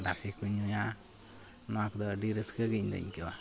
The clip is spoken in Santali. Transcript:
ᱨᱟᱥᱮᱠᱚᱧ ᱧᱩᱭᱟ ᱱᱚᱣᱟ ᱠᱚᱫᱚ ᱟᱹᱰᱤ ᱨᱟᱹᱥᱠᱟᱹᱜᱮ ᱤᱧᱫᱚᱧ ᱟᱹᱭᱠᱟᱹᱣᱟ